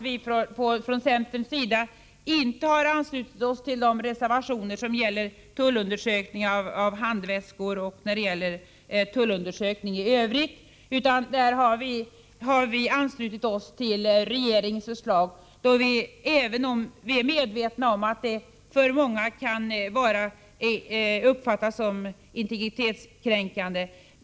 Vi från centerns sida har faktiskt inte anslutit oss till reservationen när det gäller tullundersökningar av handväskor m. m, utan vi har anslutit oss till regeringens förslag. Vi är medvetna om att ifrågavarande åtgärder av många kan uppfattas som integritetskränkande.